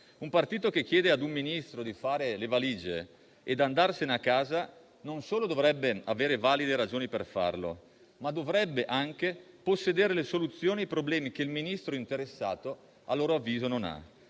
Un partito che chiede ad un Ministro di fare le valigie e di andarsene a casa non solo dovrebbe avere valide ragioni per farlo, ma dovrebbe anche possedere le soluzioni ai problemi che il Ministro interessato a suo avviso non ha.